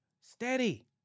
Steady